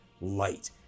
light